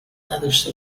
نداشته